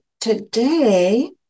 Today